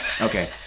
Okay